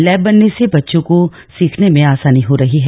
lab बनने से बच्चों को सीखने में आसानी हो रही है